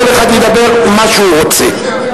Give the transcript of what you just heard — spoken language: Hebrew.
כל אחד ידבר מה שהוא רוצה.